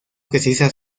precisa